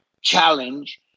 challenge